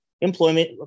employment